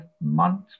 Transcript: month